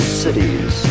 cities